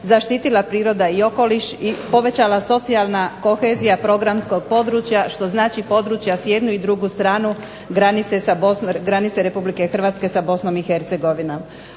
zaštitila priroda i okoliš i povećala socijalna kohezija programskog područja što znači područja s jednu i drugu stranu granice RH sa BiH.